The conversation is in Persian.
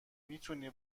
میتونی